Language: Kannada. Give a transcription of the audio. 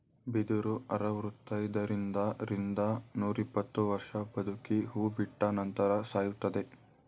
ಬಿದಿರು ಅರವೃತೈದರಿಂದ ರಿಂದ ನೂರಿಪ್ಪತ್ತು ವರ್ಷ ಬದುಕಿ ಹೂ ಬಿಟ್ಟ ನಂತರ ಸಾಯುತ್ತದೆ